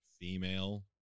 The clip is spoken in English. female